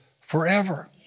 forever